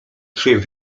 czy